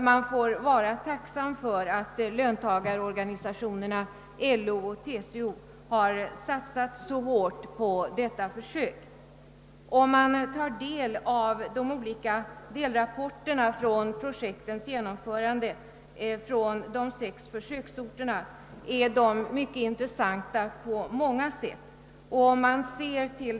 Man får vara tacksam för att löntagarorganisationerna LO och TCO har satsat så hårt som de gjort på detta försök. Om man tar del av de olika rapporterna över projektens genomförande från de sex försöksorterna, finner man att de är intressanta på många sätt.